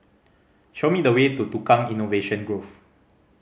show me the way to Tukang Innovation Grove